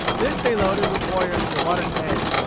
this they loaded with warriors to the water's edge,